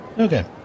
Okay